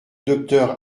docteur